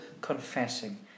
confessing